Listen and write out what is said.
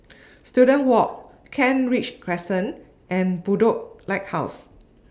Student Walk Kent Ridge Crescent and Bedok Lighthouse